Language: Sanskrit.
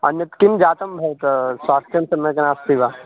अन्यत् किं जातं भवतः स्वास्थ्यं सम्यक् नास्ति वा